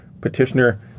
petitioner